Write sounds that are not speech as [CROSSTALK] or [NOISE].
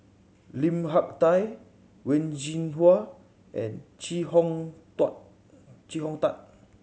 Lim Hak Tai Wen Jinhua and Chee Hong [UNINTELLIGIBLE] Chee Hong Tat